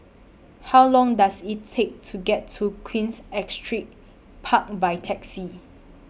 How Long Does IT Take to get to Queens Astrid Park By Taxi